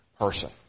person